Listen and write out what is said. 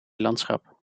landschap